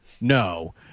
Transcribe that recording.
No